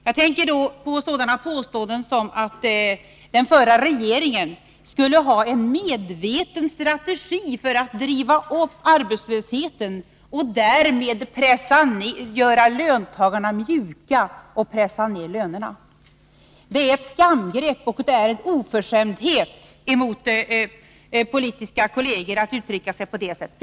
Jag tänker på sådana påståenden som att den förra regeringen skulle ha haft en medveten strategi för att driva upp arbetslösheten och därmed göra löntagarna mjuka och pressa ner lönerna. Det är ett skamgrepp och en oförskämdhet emot kolleger i politiken att uttrycka sig på det sättet.